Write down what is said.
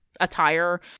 Attire